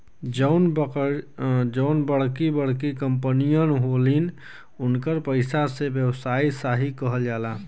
जउन बड़की बड़की कंपमीअन होलिन, उन्कर पइसा के व्यवसायी साशी कहल जाला